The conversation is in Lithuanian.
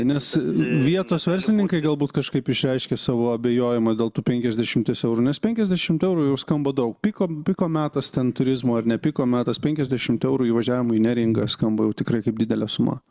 nes vietos verslininkai galbūt kažkaip išreiškė savo abejojimą dėl tų penkiasdešimties eurų nes penkiasdešimt eurų jau skamba daug piko piko metas ten turizmo ar ne piko metas penkiasdešimt eurų įvažiavimui į neringą skamba jau tikrai kaip didelė suma